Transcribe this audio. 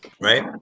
right